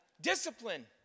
discipline